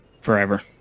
forever